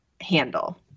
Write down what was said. handle